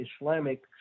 Islamic